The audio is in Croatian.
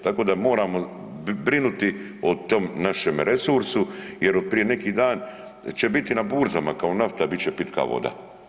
Tako da moramo brinuti o tom našem resursu jer od prije neki dan će biti na burzama kao nafta bit će pitka voda.